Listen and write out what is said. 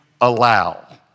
allow